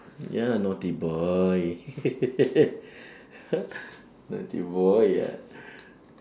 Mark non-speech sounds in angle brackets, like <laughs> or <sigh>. ya naughty boy <laughs> naughty boy ah